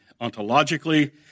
ontologically